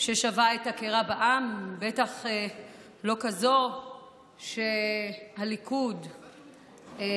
ששווה את הקרע בעם, בטח לא כמו זאת שהליכוד מוביל.